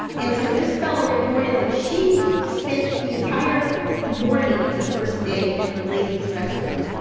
and so this fellow reported that she spent the entire morning of the first day in the ladies restroom,